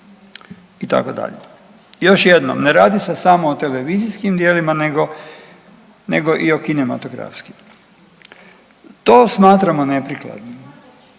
itd. Još jednom, ne radi se samo o televizijskim djelima nego i o kinematografskim. To smatramo neprikladnim.